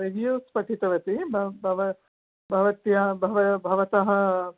reviews पठितवती भवतः